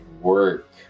work